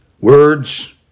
words